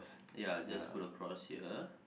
ya just put a cross here